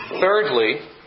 Thirdly